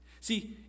See